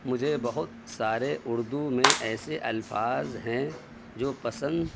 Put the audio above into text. مجھے بہت سارے اردو میں ایسے الفاظ ہیں جو پسند